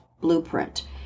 blueprint